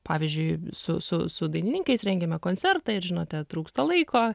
pavyzdžiui su su su dainininkais rengiame koncertą ir žinote trūksta laiko